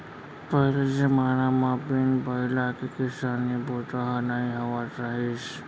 पहिली जमाना म बिन बइला के किसानी बूता ह नइ होवत रहिस